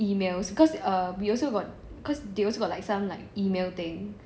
emails cause err we also got cause they also got like some email thing